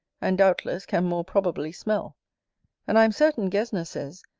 and, doubtless, can more probably smell and i am certain gesner says,